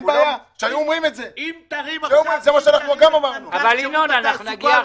אם תרים עכשיו טלפון למנכ"ל שירות התעסוקה